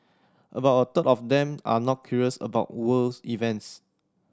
about a third of them are not curious about worlds events